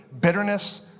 bitterness